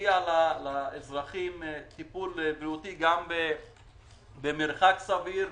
מגיע לאזרחים טיפול בבריאות במרחק סביר,